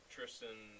Tristan